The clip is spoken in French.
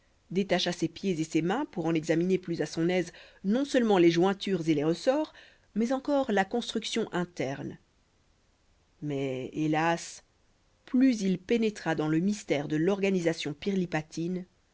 pirlipate détacha ses pieds et ses mains pour en examiner plus à son aise non seulement les jointures et les ressorts mais encore la construction intérieure mais hélas plus il pénétra dans le mystère de l'organisation